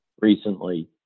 recently